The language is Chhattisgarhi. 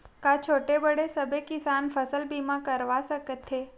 का छोटे बड़े सबो किसान फसल बीमा करवा सकथे?